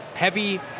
Heavy